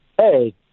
hey